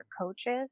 coaches